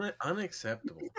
Unacceptable